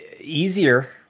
easier